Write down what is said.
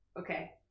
Okay